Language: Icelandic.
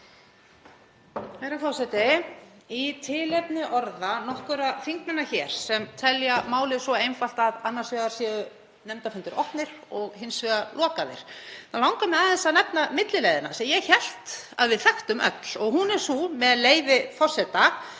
Herra forseti. Í tilefni orða nokkurra þingmanna hér sem telja málið svo einfalt að annars vegar séu nefndarfundir opnir og hins vegar lokaðir, langar mig aðeins að nefna millileiðina, sem ég hélt að við þekktum öll. Hún er þessi: